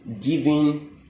giving